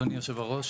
אדוני יושב הראש,